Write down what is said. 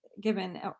given